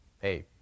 hey